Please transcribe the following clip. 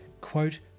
Quote